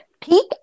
Peak